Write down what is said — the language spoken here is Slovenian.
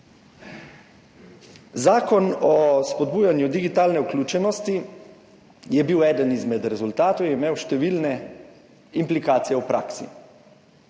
Zakon o spodbujanju digitalne vključenosti je bil eden izmed rezultatov, je imel številne implikacije v praksi.